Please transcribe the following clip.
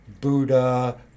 Buddha